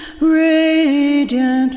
radiant